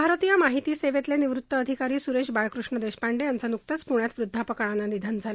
भारतीय माहिती सेवेतले निवृत्त अधिकारी सुरेश बाळकृष्ण देशपांडे यांचं नुकतंच पुण्यात वृद्वापकाळानं निधन झालं